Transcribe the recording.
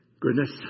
Goodness